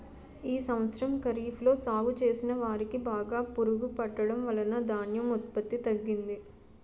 ఈ సంవత్సరం ఖరీఫ్ లో సాగు చేసిన వరి కి బాగా పురుగు పట్టడం వలన ధాన్యం ఉత్పత్తి తగ్గింది